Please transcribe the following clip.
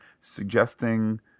suggesting